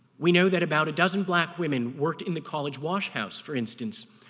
we know that about a dozen black women worked in the college wash house, for instance.